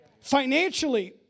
Financially